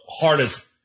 hardest